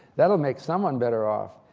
that will make someone better off.